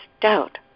doubt